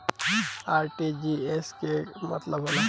RTGS के का मतलब होला?